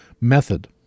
method